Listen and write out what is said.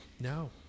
No